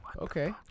Okay